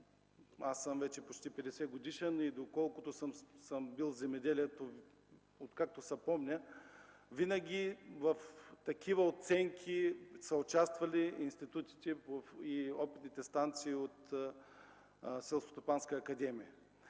Аз съм вече почти 50-годишен и доколкото съм бил земеделец, откакто се помня, в такива оценки винаги са участвали институтите и опитните станции от Селскостопанска академия.